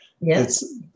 Yes